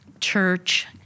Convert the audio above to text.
church